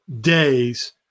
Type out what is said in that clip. days